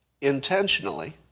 intentionally